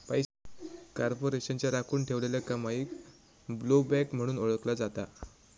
कॉर्पोरेशनच्या राखुन ठेवलेल्या कमाईक ब्लोबॅक म्हणून ओळखला जाता